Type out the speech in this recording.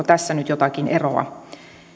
tässä nyt jotakin eroa